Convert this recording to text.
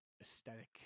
aesthetic